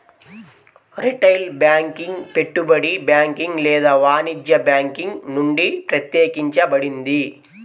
retail banking పెట్టుబడి banking లేదా వాణిజ్య బ్యాంకింగ్ నుండి ప్రత్యేకించబడింది